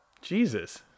Jesus